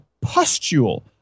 pustule